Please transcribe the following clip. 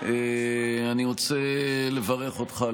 אני רוצה לברך אותך,